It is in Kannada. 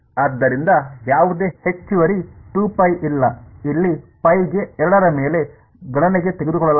ಆದ್ದರಿಂದ ಯಾವುದೇ ಹೆಚ್ಚುವರಿ ಇಲ್ಲ ಇಲ್ಲಿ ಗೆ ಎರಡರ ಮೇಲೆ ಗಣನೆಗೆ ತೆಗೆದುಕೊಳ್ಳಲಾಗಿದೆ